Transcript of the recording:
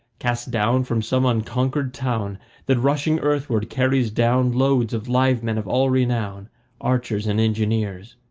cast down from some unconquered town that, rushing earthward, carries down loads of live men of all renown archers and engineers.